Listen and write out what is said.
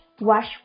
wash